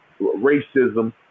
racism